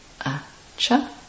Acha